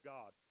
God